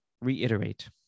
reiterate